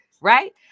right